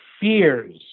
fears